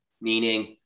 meaning